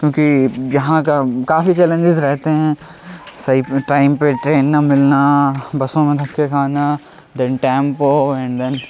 کیونکہ یہاں کا کافی چیلنجز رہتے ہیں صحیح ٹائم پہ ٹرین نہ ملنا بسوں میں دھکے کھانا